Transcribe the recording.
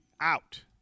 out